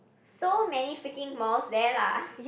so many freaking malls there lah